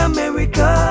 America